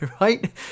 right